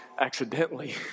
accidentally